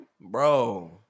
Bro